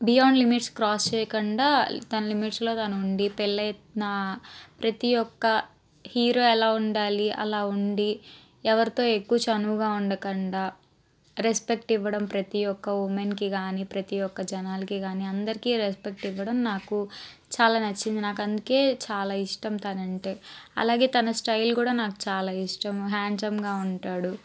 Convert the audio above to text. beyond limits cross చేయకుండా తన లిమిట్స్లో తను ఉండి పెళ్లి అయినా ప్రతి ఒక్క హీరో ఎలా ఉండాలి అలా ఉండి ఎవరితో ఎక్కువ చనువుగా ఉండకుండా రెస్పెక్ట్ ఇవ్వడం ప్రతి ఒక్క ఉమెన్కి కాని ప్రతి ఒక్క జనాలకి కాని అందరికీ రెస్పెక్ట్ ఇవ్వడం నాకు చాలా నచ్చింది నాకు అందుకే చాలా ఇష్టం తనంటే అలాగే తన స్టైల్ కూడా నాకు చాలా ఇష్టం హ్యాండ్సమ్గా ఉంటాడు